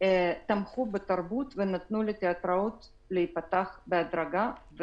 תמכו בתרבות ונתנו לתאטראות להיפתח בהדרגה.